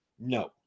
No